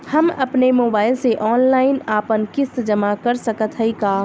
हम अपने मोबाइल से ऑनलाइन आपन किस्त जमा कर सकत हई का?